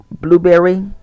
blueberry